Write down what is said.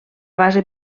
base